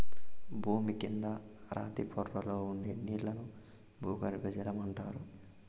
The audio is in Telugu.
భూమి కింద రాతి పొరల్లో ఉండే నీళ్ళను భూగర్బజలం అంటారు